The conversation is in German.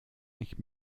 nicht